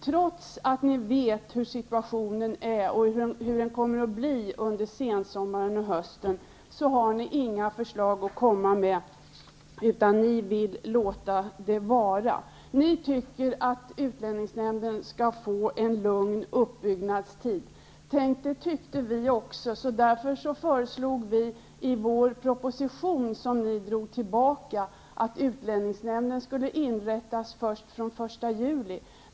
Trots att ni vet hur situationen är och hur den kommer att bli under sensommaren och hösten har ni inga förslag att komma med, utan ni vill låta det vara som det är. Ni tycker att utlänningsnämnden skall få en lugn uppbyggnadstid. Tänk, det tyckte vi också, så därför föreslog vi i vår proposition, som ni senare drog tillbaka, att utlänningsnämnden skulle inrättas först från den 1 juli.